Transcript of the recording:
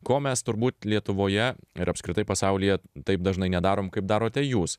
ko mes turbūt lietuvoje ir apskritai pasaulyje taip dažnai nedarom kaip darote jūs